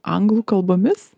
anglų kalbomis